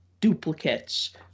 duplicates